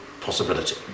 possibility